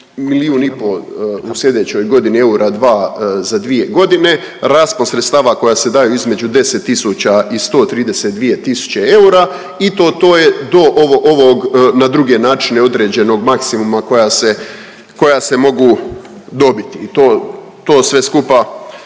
milijun i po u sljedećoj godini eura dva za dvije godine, raspon sredstava koja se daju između 10 tisuća i 132 tisuće eura i to to je do ovog na druge načina određenog maksimuma koja se mogu dobiti i to sve skupa